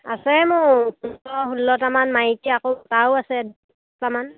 আছে মোৰ পোন্ধৰ ষোল্লটামান মাইকী আকৌ মতাও আছে দুটামান